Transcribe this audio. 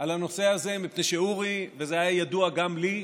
על הנושא הזה, מפני שאורי, וזה היה ידוע גם לי,